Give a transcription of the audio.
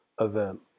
event